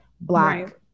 Black